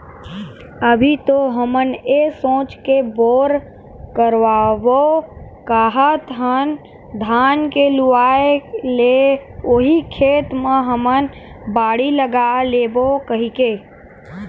अभी तो हमन ये सोच के बोर करवाबो काहत हन धान के लुवाय ले उही खेत म हमन बाड़ी लगा लेबो कहिके